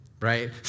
right